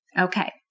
Okay